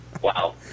wow